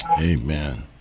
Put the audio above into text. amen